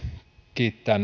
kiittää